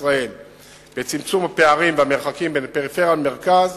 ישראל בצמצום הפערים והמרחקים בין הפריפריה למרכז